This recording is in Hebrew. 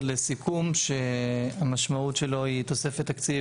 לסיכום שהמשמעות שלו היא תוספת תקציב,